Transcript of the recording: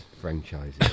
franchises